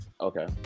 Okay